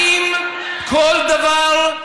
האם כל דבר?